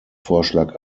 vorschlag